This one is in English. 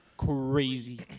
crazy